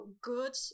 good